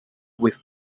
with